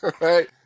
Right